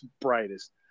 brightest